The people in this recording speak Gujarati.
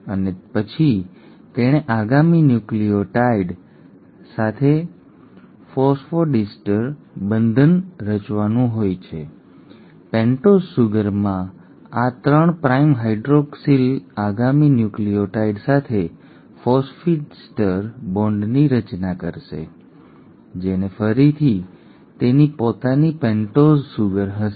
અને પછી તેણે આગામી ન્યુક્લિઓટાઇડ સાથે ફોસ્ફોડિસ્ટર બંધન રચવાનું હોય છે પેન્ટોઝ સુગરમાં આ 3 પ્રાઇમ હાઇડ્રોક્સિલ આગામી ન્યૂક્લિઓટાઇડ સાથે ફોસ્ફોડિસ્ટર બોન્ડની રચના કરશે જેને ફરીથી તેની પોતાની પેન્ટોઝ સુગર હશે